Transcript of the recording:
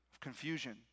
confusion